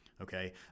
okay